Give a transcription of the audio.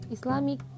Islamic